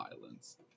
violence